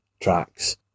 tracks